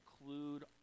include